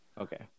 Okay